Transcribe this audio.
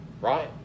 right